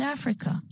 Africa